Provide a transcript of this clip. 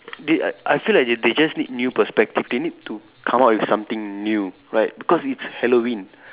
they I feel like they they just need new perspective they need to come up with something new right because it's Halloween